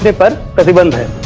but everyone